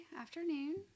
afternoon